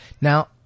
Now